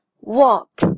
walk